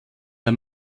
der